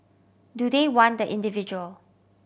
do they want the individual